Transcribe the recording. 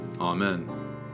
Amen